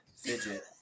fidget